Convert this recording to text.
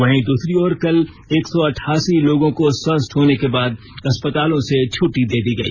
वहीं दूसरी ओर कल एक सौ अठासी लोगों को स्वस्थ होने के बाद अस्पतालों से छुट्टी दे दी गई